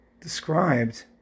described